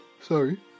Sorry